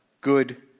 good